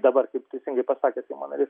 dabar kaip teisingai pasakė seimo narys